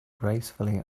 gracefully